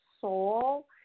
soul